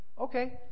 okay